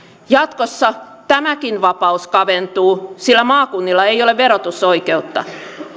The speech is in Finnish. jatkossa tämäkin vapaus kaventuu sillä maakunnilla ei ole verotusoikeutta